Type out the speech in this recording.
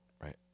right